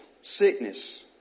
sickness